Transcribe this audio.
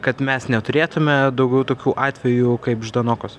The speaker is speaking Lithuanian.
kad mes neturėtume daugiau tokių atvejų kaip ždanokos